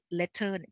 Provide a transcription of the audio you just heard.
letter